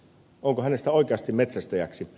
onko hänestä oikeasti metsästäjäksi